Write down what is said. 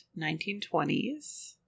1920s